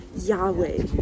Yahweh